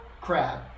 crab